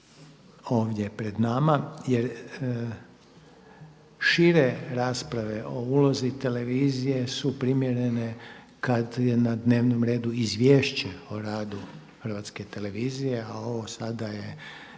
ovdje pred nama jer šire rasprave o ulozi televizije su primjerene kad je na dnevnom redu Izvješće o radu Hrvatske televizije a ovo sada je